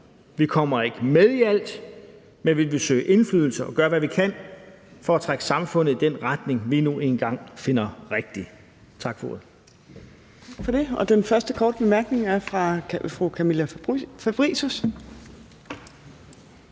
Vi kommer ikke med i alt, men vi vil søge indflydelse og gøre, hvad vi kan for at trække samfundet i den retning, vi nu engang finder rigtig. Tak for ordet.